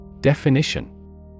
Definition